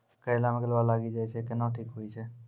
करेला मे गलवा लागी जे छ कैनो ठीक हुई छै?